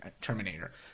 terminator